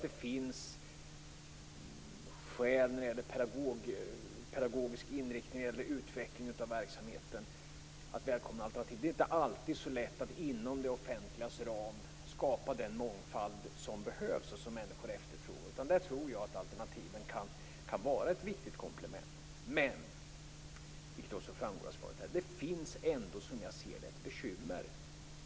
Det finns skäl när det gäller pedagogisk inriktning och utveckling av verksamheten att välkomna alternativ. Det är inte alltid så lätt att inom den offentliga verksamhetens ram skapa den mångfald som behövs och som människor efterfrågar. Där kan alternativen vara ett viktigt komplement. Men - vilket också framgår av svaret - det finns ett bekymmer.